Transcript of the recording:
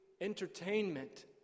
entertainment